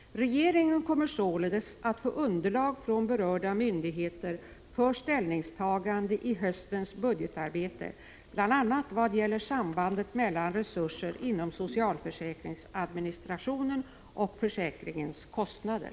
Regeringen kommer således att få underlag från berörda myndigheter för ställningstagande i höstens budgetarbete bl.a. vad gäller sambandet mellan resurser inom socialförsäkringsadministrationen och försäkringens kostnader.